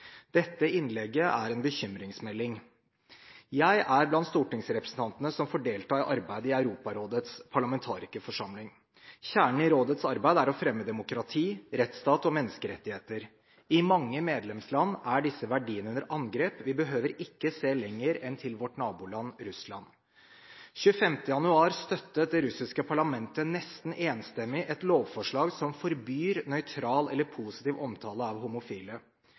Dette innlegget er en bekymringsmelding. Jeg er blant stortingsrepresentantene som får delta i arbeidet i Europarådets parlamentarikerforsamling. Kjernen i rådets arbeid er å fremme demokrati, rettsstat og menneskerettigheter. I mange medlemsland er disse verdiene under angrep. Vi behøver ikke se lenger enn til vårt naboland Russland. Den 25. januar støttet det russiske parlamentet nesten enstemmig et lovforslag som forbyr nøytral eller positiv omtale av homofile.